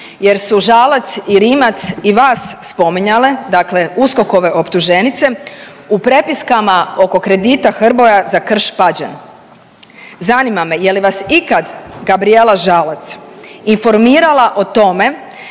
jer su Žalac i Rimac i vas spominjale dakle USKOK-ove optuženice u prepiskama oko kredita HBOR-a za Krš Pađene. Zanima me je li vas ikada Gabrijela Žalac informirala o tome